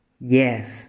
yes